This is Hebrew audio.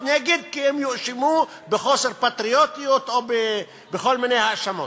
נגד כי הם יואשמו בחוסר פטריוטיות או בכל מיני האשמות.